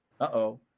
uh-oh